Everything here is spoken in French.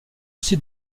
aussi